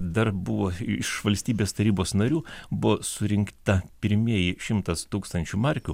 dar buvo iš valstybės tarybos narių buvo surinkta primieji šimtas tūkstančių markių